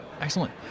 Excellent